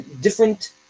different